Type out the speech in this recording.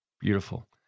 beautiful